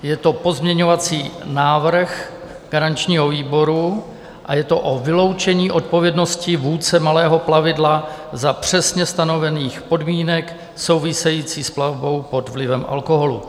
Je to pozměňovací návrh garančního výboru a je to o vyloučení odpovědnosti vůdce malého plavidla za přesně stanovených podmínek souvisejících s plavbou pod vlivem alkoholu.